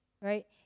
right